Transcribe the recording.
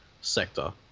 sector